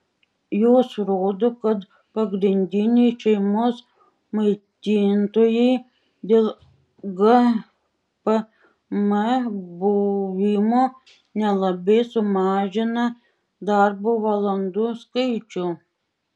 jos rodo kad pagrindiniai šeimos maitintojai dėl gpm buvimo nelabai sumažina darbo valandų skaičių